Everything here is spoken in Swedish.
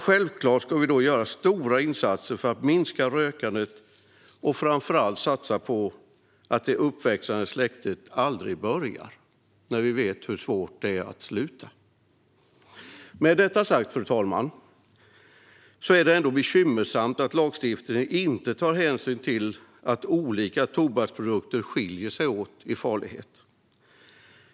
Självklart ska vi göra stora insatser för att minska rökandet och framför allt satsa stort på att det uppväxande släktet aldrig ska börja när vi vet hur svårt det är att sluta. Fru talman! Med detta sagt är det ändå bekymmersamt att det inte tas hänsyn i lagstiftningen till att olika tobaksprodukter skiljer sig åt i farlighet.